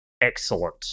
excellent